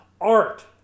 art